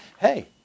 hey